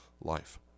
life